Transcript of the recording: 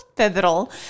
Pivotal